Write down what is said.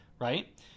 right